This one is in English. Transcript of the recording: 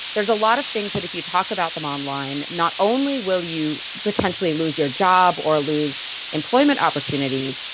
there's a lot of things that if you talk about them online, not only will you potentially lose your job or lose employment opportunities,